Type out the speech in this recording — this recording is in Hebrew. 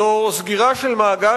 זאת סגירה של מעגל.